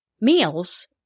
meals